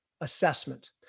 assessment